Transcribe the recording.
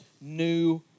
new